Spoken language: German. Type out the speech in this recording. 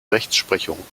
rechtsprechung